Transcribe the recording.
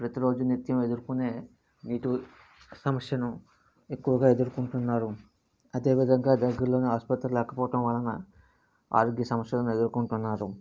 ప్రతి రోజు నిత్యం ఎదుర్కునే నీటి సమస్యను ఎక్కువుగా ఎదురుకుంటున్నారు అదే విధంగా దగ్గరలోనే ఆసుపత్రి లేకపోవటం వలన ఆరోగ్య సమస్యలను ఎదురుకుంటున్నారు